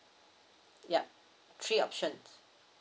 ya three option